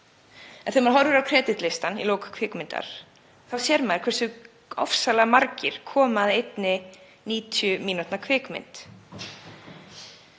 En þegar maður horfir á kreditlistann í lok kvikmyndar sér maður hversu ofsalega margir koma að einni 90 mínútna kvikmynd.